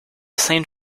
sainte